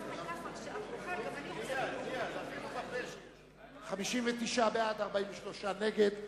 36 בעד, 56 נגד.